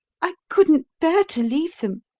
i couldn't bear to leave them.